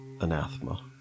anathema